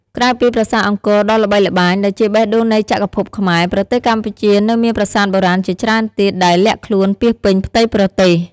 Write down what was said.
ក្រៅពីប្រាសាទអង្គរដ៏ល្បីល្បាញ ដែលជាបេះដូងនៃចក្រភពខ្មែរ ប្រទេសកម្ពុជានៅមានប្រាសាទបុរាណជាច្រើនទៀតដែលលាក់ខ្លួនពាសពេញផ្ទៃប្រទេស។